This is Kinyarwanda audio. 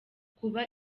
kuba